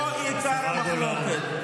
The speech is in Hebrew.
פה עיקר המחלוקת.